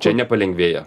čia nepalengvėja